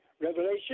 Revelation